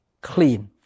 clean